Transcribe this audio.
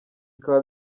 bikaba